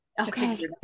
Okay